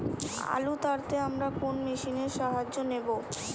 আলু তাড়তে আমরা কোন মেশিনের সাহায্য নেব?